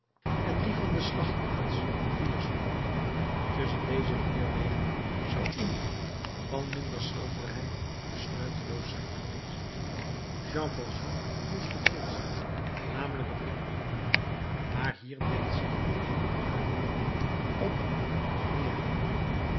en die van de slachtplaats een viersprong tusschen deze vier wegen zou iemand van minder schranderheid besluiteloos zijn geweest jean valjean koos den breedsten namelijk het ringriool maar hier deed zich weder de vraag voor op of neergaan